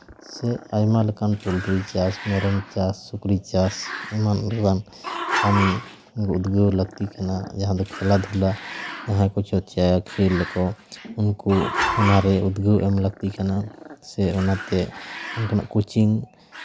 ᱥᱮ ᱟᱭᱢᱟ ᱞᱮᱠᱟᱱ ᱯᱳᱞᱴᱨᱤ ᱪᱟᱥ ᱢᱮᱨᱚᱢ ᱪᱟᱥ ᱥᱩᱠᱨᱤ ᱪᱟᱥ ᱚᱱᱟ ᱨᱮᱭᱟᱜ ᱠᱟᱹᱢᱤ ᱩᱫᱽᱜᱟᱹᱣ ᱞᱟᱹᱠᱛᱤ ᱠᱟᱱᱟ ᱡᱟᱦᱟᱸ ᱫᱚ ᱠᱷᱮᱞᱟᱼᱫᱷᱩᱞᱟ ᱡᱟᱦᱟᱸᱭ ᱠᱚ ᱪᱚᱨᱪᱟᱭᱟ ᱠᱷᱮ ᱟᱠᱚ ᱩᱱᱠᱩ ᱚᱱᱟᱨᱮ ᱩᱫᱽᱜᱟᱹᱣ ᱮᱢ ᱞᱟᱹᱠᱛᱤ ᱠᱟᱱᱟ ᱥᱮ ᱚᱱᱟᱛᱮ ᱚᱱᱠᱟᱱᱟᱜ ᱠᱳᱪᱤᱝ